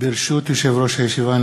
ברשות יושב-ראש הישיבה,